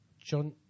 John